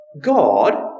God